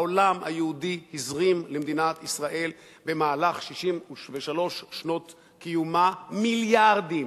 העולם היהודי הזרים למדינת ישראל במהלך 63 שנות קיומה מיליארדים.